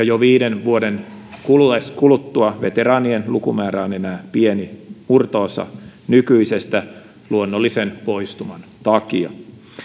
jo viiden vuoden kuluttua veteraanien lukumäärä on enää pieni murto osa nykyisestä luonnollisen poistuman takia